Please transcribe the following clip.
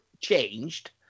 changed